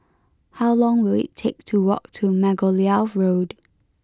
how long will it take to walk to Margoliouth Road